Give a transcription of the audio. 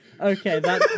Okay